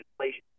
inflation